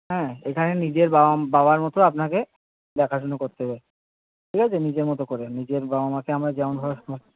হ্যাঁ এখানে নিজের বাবা বাবার মতো আপনাকে দেখাশুনো করতে হবে ঠিক আছে নিজের মতো করে নিজের বাবা মাকে আমরা যেমনভাবে